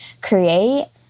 create